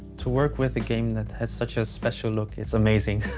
to work with a game that has such a special look is amazing.